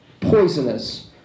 poisonous